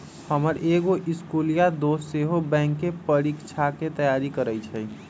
हमर एगो इस्कुलिया दोस सेहो बैंकेँ परीकछाके तैयारी करइ छइ